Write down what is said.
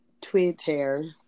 Twitter